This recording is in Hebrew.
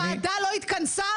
הוועדה לא התכנסה